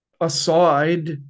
aside